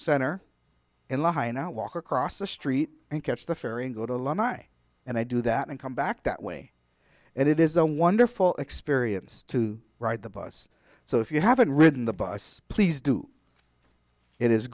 center in la and i walk across the street and catch the ferry and go to alumni and i do that and come back that way and it is a wonderful experience to ride the bus so if you haven't ridden the bus please do it is